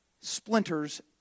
Splinters